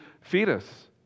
fetus